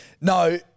No